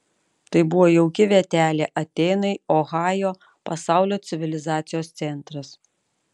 tai buvo jauki vietelė atėnai ohajo pasaulio civilizacijos centras